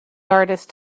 artist